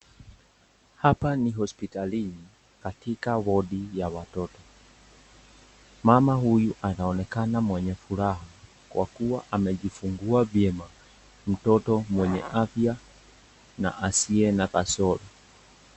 Hapa ni hospitalini katika wodi ya watoto. Mama huyu anaonekana mwenye furaha kwa kuwa amejifungua vyema mtoto mwenye afya na asiye na kasoro.